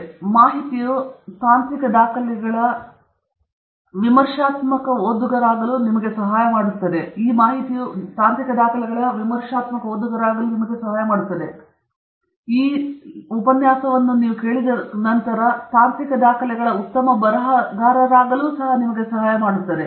ಹಾಗಾಗಿ ಈ ಮಾಹಿತಿಯು ಈಗ ತಾಂತ್ರಿಕ ದಾಖಲೆಗಳ ವಿಮರ್ಶಾತ್ಮಕ ಓದುಗರಾಗಲು ನಿಮಗೆ ಸಹಾಯ ಮಾಡುತ್ತದೆ ಮತ್ತು ತಾಂತ್ರಿಕ ದಾಖಲೆಗಳ ಉತ್ತಮ ಬರಹಗಾರರಾಗಲು ಸಹಾಯ ಮಾಡುತ್ತದೆ